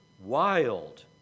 wild